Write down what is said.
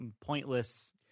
pointless